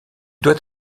doit